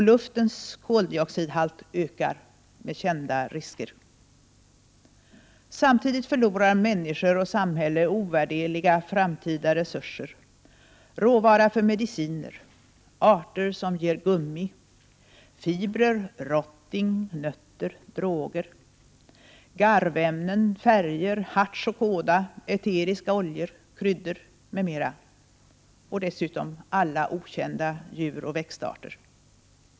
Luftens koldioxidhalt ökar med kända risker. Samtidigt förlorar människor och samhälle ovärderliga framtida resurser — råvara för mediciner, arter som ger gummi, fibrer, rotting, nötter, 87 droger, garvämnen, färger, harts och kåda, eteriska oljor, kryddor och dessutom alla okända djuroch växtarter.